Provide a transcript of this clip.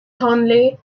thornley